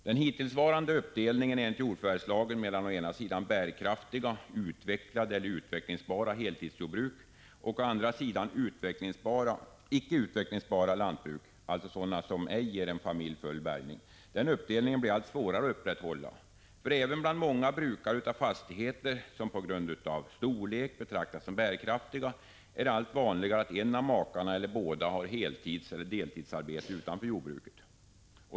Den hittillsvarande uppdelningen enligt jordförvärvslagen mellan å ena sidan bärkraftiga, utvecklade eller utvecklingsbara heltidslantbruk och å andra sidan icke utvecklingsbara lantbruk, alltså sådana lantbruk som ej ger en familj full bärgning, blir allt svårare att upprätthålla. Även bland många brukare av fastigheter, som på grund av storlek betraktas som bärkraftiga, är det allt vanligare att en av makarna — eller båda — har heleller deltidsarbete utanför jordbruket.